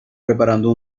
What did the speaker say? preparando